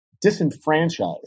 disenfranchised